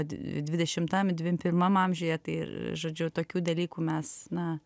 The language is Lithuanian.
dvidešimtam dvim pirmam amžiuje tai ir žodžiu tokių dalykų mes na